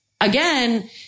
again